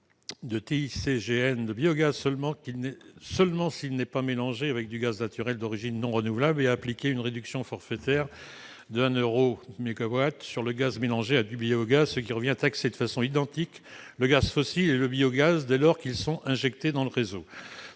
de TICGN le biogaz seulement s'il n'est pas mélangé avec du gaz naturel d'origine non renouvelable et à appliquer une réduction forfaitaire de 1 centime d'euro par mégawattheure sur le gaz mélangé à du biogaz, ce qui revient à taxer de façon identique le gaz fossile et le biogaz, dès lors qu'ils sont injectés dans le réseau.